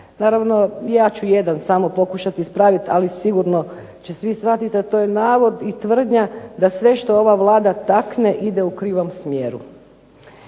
Naravno ja ću samo jedan pokušati ispraviti, ali sigurno će svi shvatiti, a to je navod i tvrdnja, da sve što ova Vlada takne ide u krivom smjeru.